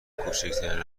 کوچکترین